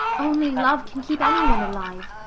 only love can keep any one alive.